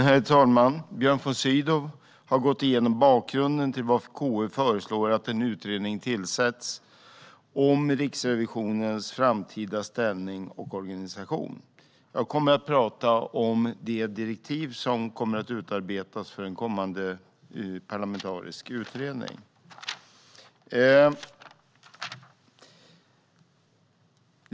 Herr talman! Björn von Sydow har gått igenom bakgrunden till att KU föreslår att en utredning om Riksrevisionens framtida ställning och organisation tillsätts. Jag kommer att tala om det direktiv som ska utarbetas för en kommande parlamentarisk utredning.